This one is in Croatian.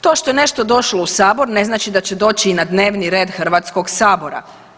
To što je nešto došlo u Sabor ne znači da će doći i na dnevni red Hrvatskog sabora.